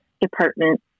department